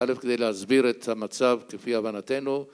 אל"ף, כדי להסביר את המצב כפי הבנתנו